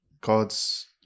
God's